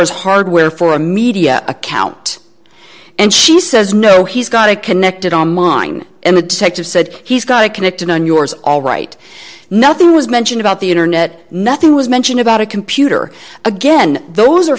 as hardware for a media account and she says no he's got it connected on mine and the detective said he's got a connected on yours alright nothing was mentioned about the internet nothing was mentioned about a computer again those are